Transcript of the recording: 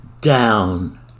down